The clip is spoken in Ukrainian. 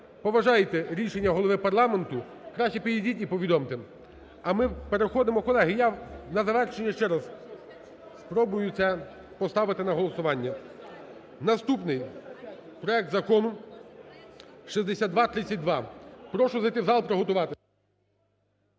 Поважайте рішення голови парламенту, краще підійдіть і повідомте. А ми переходимо… Колеги, я на завершення ще раз спробую це поставити на голосування. Наступний проект Закону 6232. Прошу зайти в зал, приготуватись…